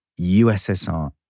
USSR